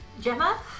Gemma